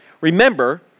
Remember